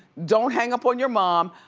don't hang up on your mom.